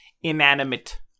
inanimate